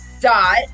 dot